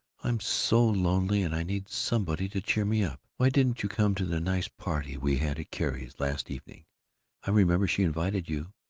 i'm so lonely and i need somebody to cheer me up. why didn't you come to the nice party we had at carrie's last evening i remember she invited you.